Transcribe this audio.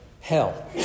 hell